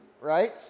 right